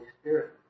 Spirit